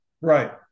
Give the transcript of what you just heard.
Right